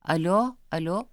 alio alio